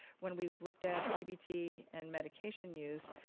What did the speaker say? when we've looked at cbt and medication use,